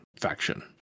faction